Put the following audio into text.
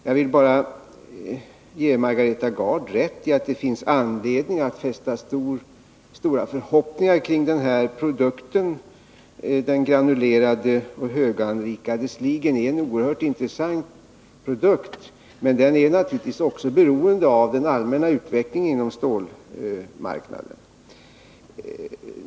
Jag vill bara ge Margareta Gard rätt i att det finns anledning att fästa stora förhoppningar vid den här produkten. Den granulerade och höganrikade sligen är en oerhört intressant produkt, men den är naturligtvis också beroende av den allmänna utvecklingen inom stålmarknaden.